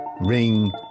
Ring